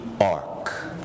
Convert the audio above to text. ark